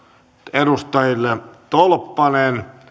edustajat tolppanen